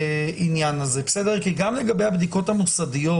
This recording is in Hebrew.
העניין הזה כי גם לגבי הבדיקות המוסדיות